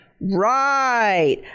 Right